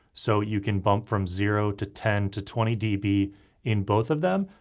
so you can bump from zero to ten to twenty db in both of them,